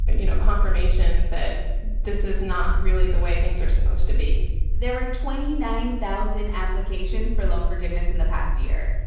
and you know, confirmation that this is not really the way things are supposed to be there were twenty nine thousand applications for loan forgiveness in the past year,